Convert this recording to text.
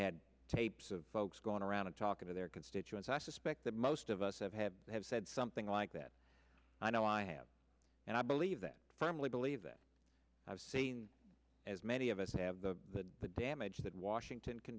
had tapes of folks going around and talking to their constituents i suspect that most of us have had have said something like that i know i have and i believe that firmly believe that i've seen as many of us have the damage that washington can